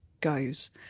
goes